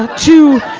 to,